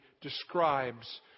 describes